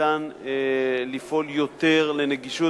לפעול יותר לנגישות.